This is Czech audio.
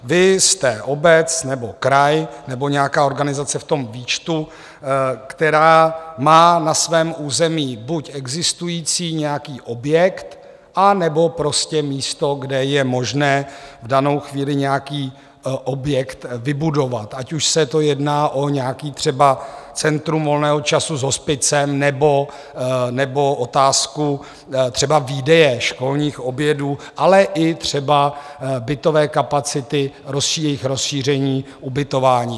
Vy jste obec nebo kraj, nebo nějaká organizace v tom výčtu, která má na svém území buď existující nějaký objekt, anebo prostě místo, kde je možné v danou chvíli nějaký objekt vybudovat, ať už se jedná o nějaké třeba centrum volného času s hospicem, nebo otázku třeba výdeje školních obědů, ale i třeba bytové kapacity, jejich rozšíření ubytování.